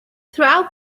throughout